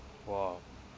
!wah!